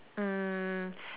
um